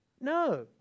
No